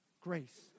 grace